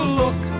look